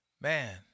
man